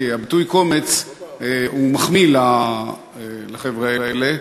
כי הביטוי קומץ מחמיא לחבר'ה האלה,